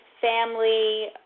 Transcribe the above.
family